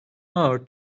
hour